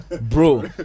Bro